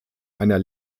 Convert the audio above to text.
einer